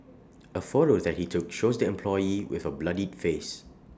A photo that he took shows the employee with A bloodied face